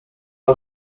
was